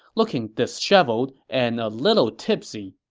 looking disheveled and a little tipsy.